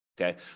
Okay